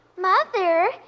Mother